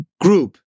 group